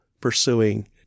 pursuing